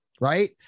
right